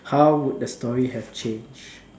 how would the story have changed